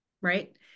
Right